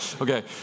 Okay